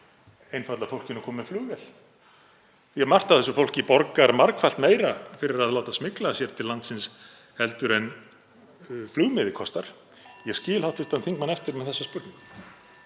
einfaldlega fólkinu að koma með flugvél? Margt af þessu fólki borgar margfalt meira fyrir að láta smygla sér til landsins en flugmiði kostar. Ég skil hv. þingmann eftir með þessa spurningu.